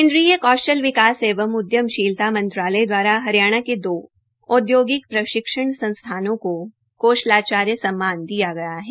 केन्द्रीय कौशल विकास एवं उद्यमशीलता मंत्रालय द्वारा हरियाणा के दो औद्योगिक प्रशिक्षण संस्थाओं को कौशलचार्य सम्मान दिया गया है